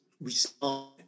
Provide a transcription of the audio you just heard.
respond